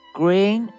green